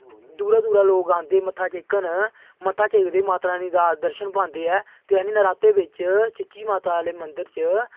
दूरां दूरां लोग आंदे मत्था टेकन मत्था टेकदे माता रानी दा दर्शन पांदे ऐ ते नरातें बिच्च चिची माता आह्ले मंदर च